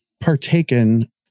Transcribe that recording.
partaken